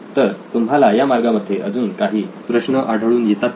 तर तुम्हाला या मार्गामध्ये अजून काही प्रश्न आढळून येतात का